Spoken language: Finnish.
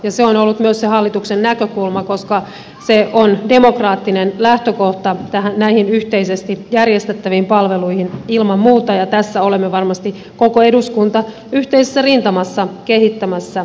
se on ollut myös se hallituksen näkökulma koska se on demokraattinen lähtökohta näihin yhteisesti järjestettäviin palveluihin ilman muuta ja tässä olemme varmasti koko eduskunta yhteisessä rintamassa kehittämässä suomea